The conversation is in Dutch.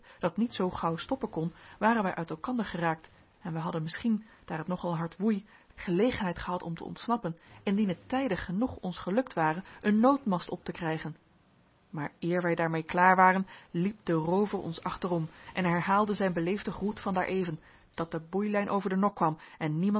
dat niet zoo gauw stoppen kon waren wij uit elkander geraakt en wij hadden misschien daar het nog al hard woei gelegenheid gehad om te ontsnappen indien het tijdig genoeg ons gelukt ware een noodmast op te krijgen maar eer wij daarmee klaar waren liep de roover ons achterom en herhaalde zijn beleefden groet van daar even dat de boeilijn over de nok kwam en